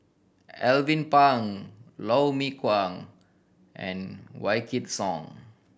Alvin Pang Lou Mee Wah and Wykidd Song